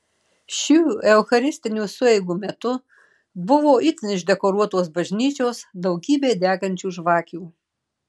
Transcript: šių eucharistinių sueigų metu buvo itin išdekoruotos bažnyčios daugybė degančių žvakių